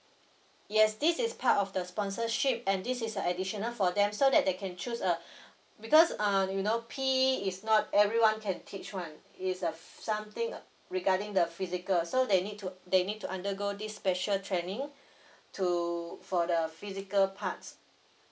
yes this is part of the sponsorship and this is a additional for them so that they can choose uh because uh you know P_E is not everyone can teach [one] it's a something uh regarding the physical so they need to they need to undergo this special training to for the physical parts